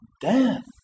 death